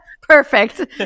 Perfect